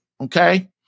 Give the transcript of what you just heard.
okay